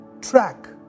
track